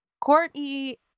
Courtney